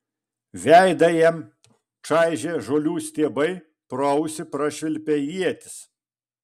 veidą jam čaižė žolių stiebai pro ausį prašvilpė ietis